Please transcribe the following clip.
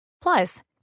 Plus